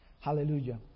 Hallelujah